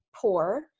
poor